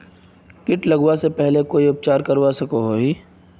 किट लगवा से पहले कोई उपचार करवा सकोहो ही?